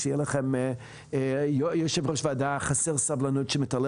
יהיה לכם יושב ראש ועדה חסר סבלנות שמתעלל